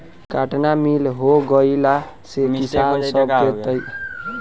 cotton mill हो गईला से किसान सब के तईयार फसल सब बिका जाला